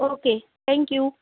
okay thank you